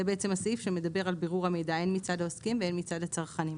זה בעצם הסעיף שמדבר על בירור המידע הן מצד העוסקים והן מצד הצרכנים.